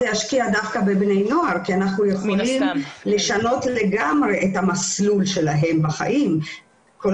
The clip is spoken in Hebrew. בבני הנוער על מנת למנוע את הגעת המצב היום להיות